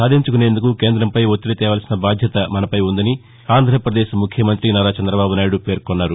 సాధించుకునేందుకు కేంద్రంపై ఒత్తిది తేవాల్సిన బాధ్యత మనపై ఉందని ఆంధ్రపదేశ్ ముఖ్యమంతి నారా చందబాబునాయుడు పేర్కొన్నారు